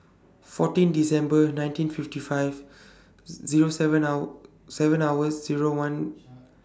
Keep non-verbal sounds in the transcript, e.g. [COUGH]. fourteen December nineteen fifty five [NOISE] Zero seven hour seven hours Zero one